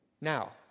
Now